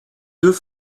deux